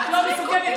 את לא מסוגלת.